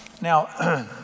Now